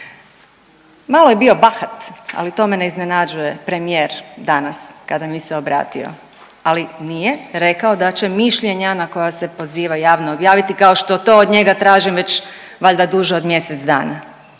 Malo je bilo bahat, ali to me ne iznenađuje premijer danas kada mi se obrati, ali nije rekao da će mišljenja na koja se poziva javno objaviti kao što to od njega tražim već valjda duže od mjesec dana.